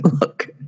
look